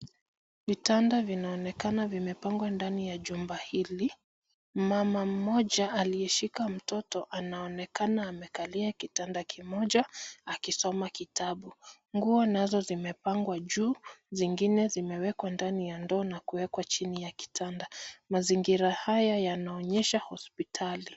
Vitanda vinaonekana vimepangwa ndani ya jumba hili. Mama mmoja aliyeshika mtoto anaonekana amekalia kitanda kimoja akisoma kitabu. Nguo nazo zimepangwa juu, zingine zimewekwa ndani ya ndoo na kuwekwa chini ya kitanda. Mazingira haya yanaonyesha hospitali.